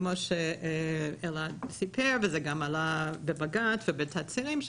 כמו שאלעד סיפר וזה גם עלה בבג"ץ ובתצהירים,